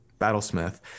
battlesmith